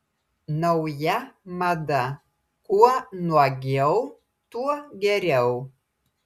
nauja mada kuo nuogiau tuo geriau